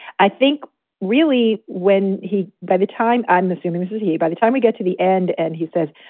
i think really when he by the time i'm assuming this is he. by the time we get to the end and he says,